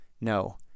No